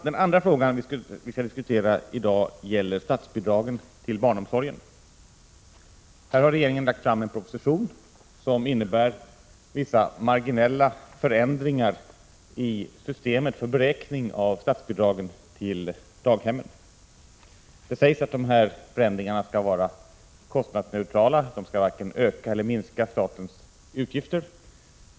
Den andra fråga som vi skall diskutera i dag gäller statsbidragen till barnomsorgen. Regeringen har lagt fram en proposition om barnomsorgen som innebär vissa marginella förändringar i systemet för beräkning av statsbidragen till daghemmen. Det sägs att dessa förändringar skall vara kostnadsneutrala, dvs. de skall varken öka eller minska statens utgifter.